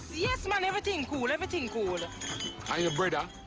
yes, man! everything cooi. everything cooi. kind of but